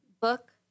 book